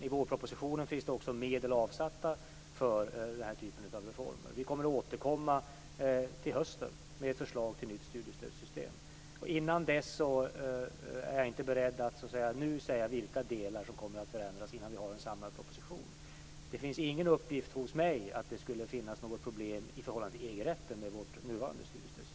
I vårpropositionen finns medel avsatta för den här typen av reformer. Till hösten återkommer vi med ett förslag till nytt studiestödssystem. Jag är inte beredd att säga vilka delar som kommer att förändras innan vi har en samlad proposition. Det finns ingen uppgift hos mig om att det skulle finnas något problem med vårt nuvarande studiestödssystem i förhållande till EG